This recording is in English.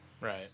Right